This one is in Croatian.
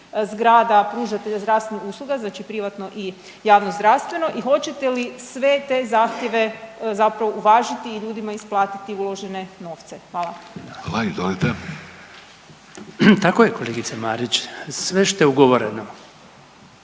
zgrada pružatelja zdravstvenih usluga, znači privatno i javno zdravstveno i hoćete li sve te zahtjeve zapravo uvažiti i ljudima isplatiti uložene novce. Hvala. **Vidović, Davorko (Socijaldemokrati)** Hvala.